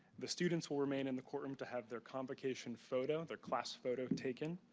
the students will remain in the courtroom to have their convocation photo, their class photo taken.